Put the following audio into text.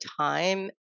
time